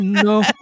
no